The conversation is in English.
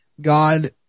God